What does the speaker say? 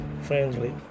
Friendly